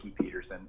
Peterson